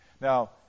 Now